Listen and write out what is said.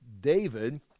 david